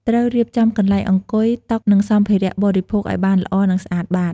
ត្រូវរៀបចំកន្លែងអង្គុយ តុ និងសម្ភារៈបរិភោគឲ្យបានល្អ និងស្អាតបាត។